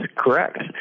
correct